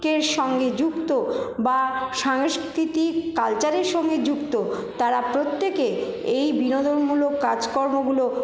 কের সঙ্গে যুক্ত বা সাংস্কৃতিক কালচারের সঙ্গে যুক্ত তারা প্রত্যেকে এই বিনোদনমূলক কাজকর্মগুলো